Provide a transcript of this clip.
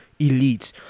elites